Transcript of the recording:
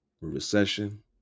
recession